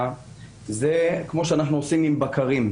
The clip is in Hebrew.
היא לעשות כמו שאנחנו עושים עם בקרים.